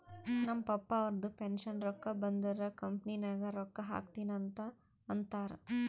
ನಮ್ ಪಪ್ಪಾ ಅವ್ರದು ಪೆನ್ಷನ್ ರೊಕ್ಕಾ ಬಂದುರ್ ಕಂಪನಿ ನಾಗ್ ರೊಕ್ಕಾ ಹಾಕ್ತೀನಿ ಅಂತ್ ಅಂತಾರ್